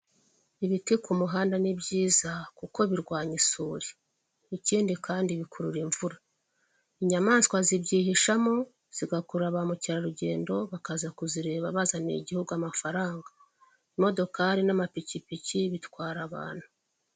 Ibiti ku muhanda ni byiza kuko birwanya isuri, ikindi kandi bikurura imvura, inyamaswa zibyihishamo, zigakurura ba mukerarugendo bakaza kuzireba bazaniye igihugu amafaranga, imodokari n'amapikipiki bitwara abantu.